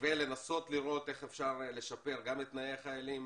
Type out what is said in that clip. ולנסות לראות איך אפשר לשפר גם את תנאי החיילים